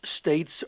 states